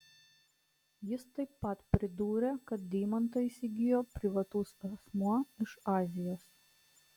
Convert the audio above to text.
jis taip pat pridūrė kad deimantą įsigijo privatus asmuo iš azijos